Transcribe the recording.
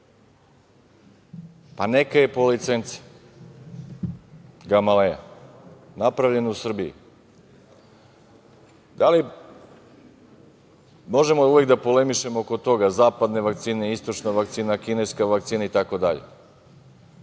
pa neka je i po licenci, napravljena u Srbiji. Da li možemo uvek da polemišemo oko toga – zapadne vakcine, istočna vakcina, kineska vakcina, itd.